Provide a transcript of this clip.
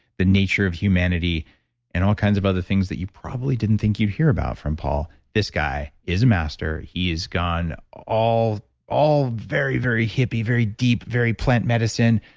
the nature of humanity and all kind of other things that you probably didn't think you hear about from paul this guy is a master. he is gone all all very, very hippie, very deep, very plant medicine,